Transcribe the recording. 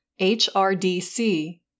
HRDC